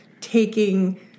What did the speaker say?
taking